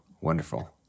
Wonderful